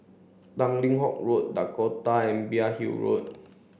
Tanglin Halt Road Dakota and Imbiah Hill Road